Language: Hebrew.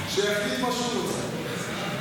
שיגיד מה שהוא רוצה.